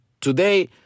today